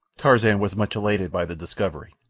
tarzan was much elated by the discovery,